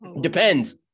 Depends